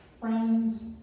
friends